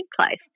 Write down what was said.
place